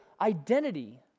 identity